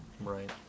Right